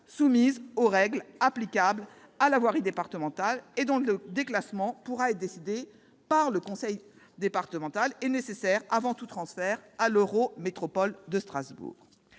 soumises aux règles applicables à la voirie départementale, et dont le déclassement pourra être décidé par le conseil départemental et sera nécessaire avant tout transfert à l'eurométropole de Strasbourg.